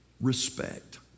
respect